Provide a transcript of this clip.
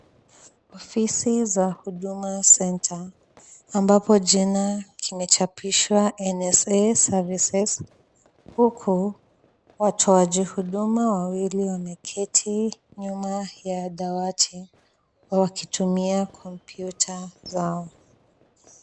Ofisi za huduma centre ,ambapo jina limechapishwa NSA services huku watoaji huduma wawili wameketi nyuma ya dawati wakitumia computer zao.